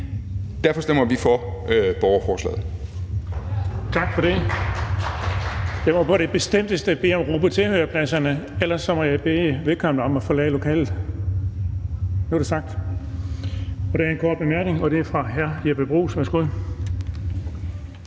Derfor stemmer vi for borgerforslaget.